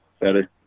better